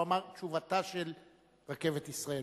הוא אמר: תשובתה של "רכבת ישראל".